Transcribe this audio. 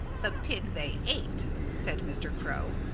the pig they ate, said mr. crow.